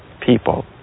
people